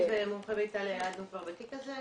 המומחה מאיטליה היה בתיק הזה.